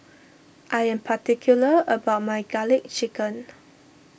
I am particular about my Garlic Chicken